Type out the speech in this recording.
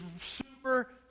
super